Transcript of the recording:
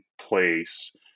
place